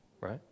right